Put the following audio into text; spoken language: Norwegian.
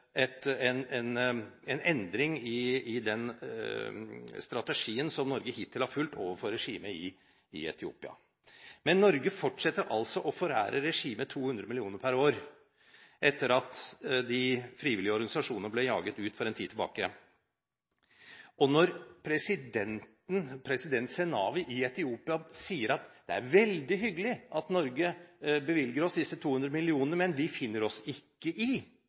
en endring i den strategien som Norge hittil har fulgt overfor regimet i Etiopia. Norge fortsetter å forære regimet 200 mill. kr per år etter at de frivillige organisasjonene ble jaget ut for en tid tilbake. Og president Zenawi i Etiopia sa i fjor høst: Det er veldig hyggelig at Norge bevilger oss disse 200 mill. kr, men vi finner oss ikke i